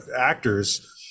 actors